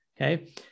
okay